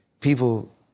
people